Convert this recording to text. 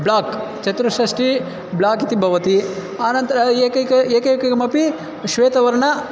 block चतुःषष्ठिः block इति भवति अनन्तरं एकैकं एकैकमपि श्वेतवर्णं